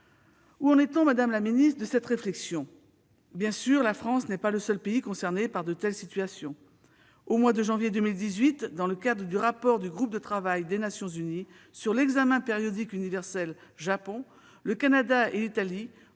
réflexion, madame la ministre ? Bien sûr, la France n'est pas le seul pays concerné par de telles situations. Au mois de janvier 2018, dans le cadre du rapport du groupe de travail des Nations unies sur l'examen périodique universel sur le Japon, le Canada et l'Italie